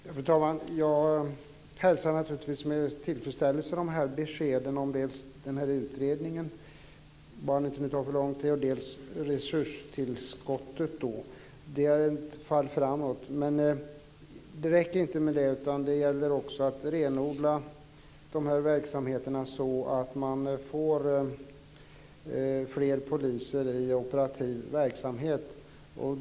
Fru talman! Jag hälsar naturligtvis med tillfredsställelse beskeden om utredningen - bara den inte tar för lång tid - och om resurstillskottet. Det är ett fall framåt. Men det räcker inte med det. Det gäller också att renodla dessa verksamheter, så att man får fler poliser i operativ verksamhet.